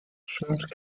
schwimmt